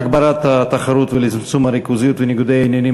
להגברת התחרות ולצמצום הריכוזיות וניגודי העניינים